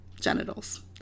genitals